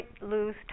lose